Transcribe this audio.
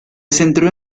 centró